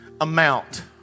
amount